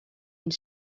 une